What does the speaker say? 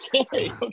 Okay